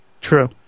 True